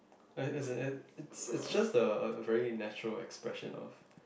as in as in it it's just a very natural expression of